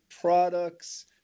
products